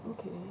okay